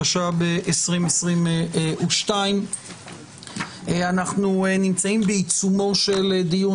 התשפ"ב 2022. אנחנו נמצאים בעיצומו של דיון.